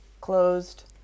closed